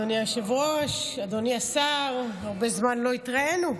אדוני היושב-ראש, אדוני השר, הרבה זמן לא התראינו,